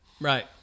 Right